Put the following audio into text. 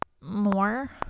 more